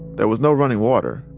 there was no running water,